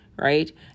right